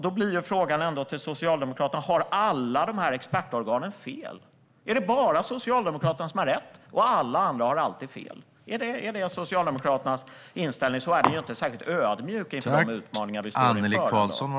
Då blir frågan till Socialdemokraterna: Har alla de här expertorganen fel? Är det bara Socialdemokraterna som har rätt, och alla andra har alltid fel? Om det är Socialdemokraternas inställning visar detta inte på särskilt stor ödmjukhet inför de utmaningar som vi står inför.